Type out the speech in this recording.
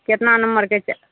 कतना नम्बरके च